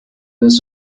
was